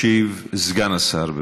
ישיב סגן השר.